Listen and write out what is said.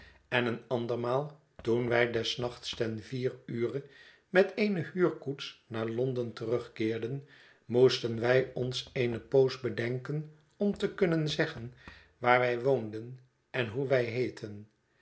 en een andermaal toen wij des nachts ten vier ure met eene huurkoets naar londen terugkeerden moesten wij ons eene poos bedenken om te kunnen zeggen waar wij woonden en hoe wij heetten